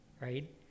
right